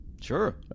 Sure